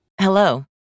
Hello